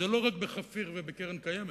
זה לא רק בחפיר ובקרן קיימת.